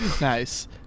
Nice